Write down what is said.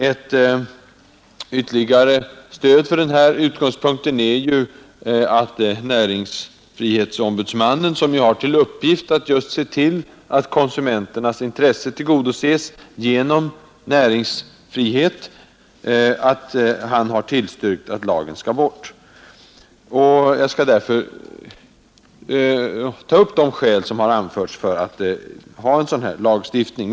Ett stöd för denna utgångspunkt är att näringsfrihetsombudsmannen, som ju har till uppgift att just se till att konsumenternas intressen tillgodoses genom näringsfrihet, har tillstyrkt att lagen skall bort. Jag skall ta upp de skäl som har anförts för att ha en sådan här lagstiftning.